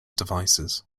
devices